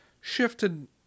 shifted